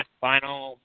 final